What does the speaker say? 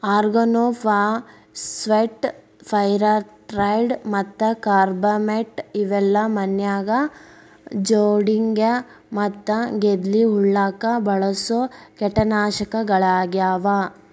organophosphate, pyrethroid ಮತ್ತ carbamate ಇವೆಲ್ಲ ಮನ್ಯಾಗ ಜೊಂಡಿಗ್ಯಾ ಮತ್ತ ಗೆದ್ಲಿ ಹುಳಕ್ಕ ಬಳಸೋ ಕೇಟನಾಶಕಗಳಾಗ್ಯಾವ